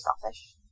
selfish